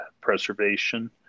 preservation